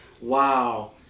wow